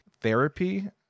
therapy